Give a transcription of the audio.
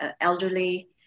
elderly